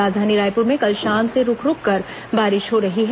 राजधानी रायपुर में कल शाम से रूक रूककर बारिश हो रही है